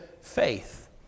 faith